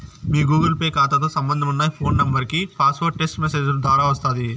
మీ Google Pay కాతాతో సంబంధమున్న phone నెంబరికి ఈ పాస్వార్డు టెస్టు మెసేజ్ దోరా వస్తాది